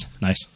Nice